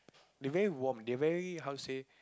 they very warm they very how say